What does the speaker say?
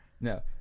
No